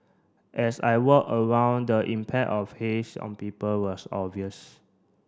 as I walk around the impact of haze on people was obvious